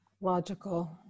Logical